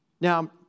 now